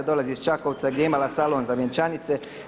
Dolazi iz Čakovca gdje je imala salon za vjenčanice.